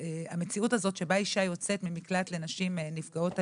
המציאות הזו שבה אשה יוצאת ממקלט לנשים נפגעות אלימות,